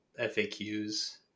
faqs